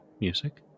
music